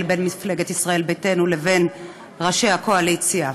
בין מפלגת ישראל ביתנו לבין ראשי הקואליציה.